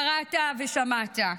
קראת ושמעת.